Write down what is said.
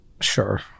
Sure